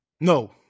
No